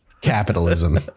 capitalism